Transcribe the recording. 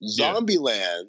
Zombieland